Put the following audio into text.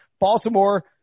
Baltimore